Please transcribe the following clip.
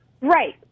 Right